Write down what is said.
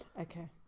Okay